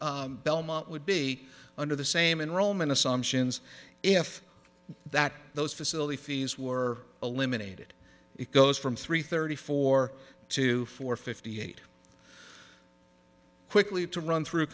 belmont would be under the same in roman assumptions if that those facilities were eliminated it goes from three thirty four to four fifty eight quickly to run through